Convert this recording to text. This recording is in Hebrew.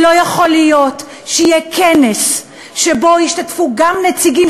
ולא יכול להיות שבגלל כנס שבו ישתתפו גם נציגים